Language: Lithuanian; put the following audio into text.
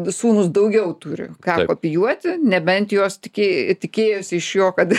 sūnūs daugiau turi ką kopijuoti nebent jos tikė tikėjosi iš jo kad